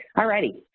alrighty,